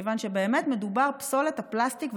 מכיוון שבאמת פסולת הפלסטיק,